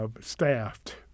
staffed